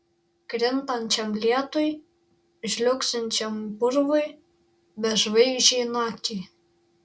krintančiam lietui žliugsinčiam purvui bežvaigždei nakčiai